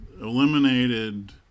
eliminated